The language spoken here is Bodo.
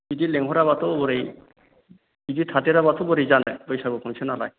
बिदि लिंहराब्लाथ' ओरै बिदि थादेराब्लाथ' बोरै जानो बैसागु फांसनालाय